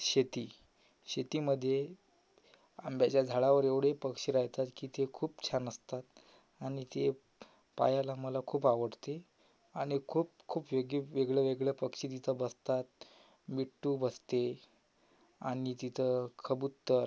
शेती शेतीमध्ये आंब्याच्या झाडावर एवढे पक्षी राहतात की ते खूप छान असतात आणि ते पहायला मला खूप आवडते आणि खूप खूप वेगळी वेगळं वेगळं पक्षी तिथं बसतात मिट्टू बसते आणि तिथं कबुतर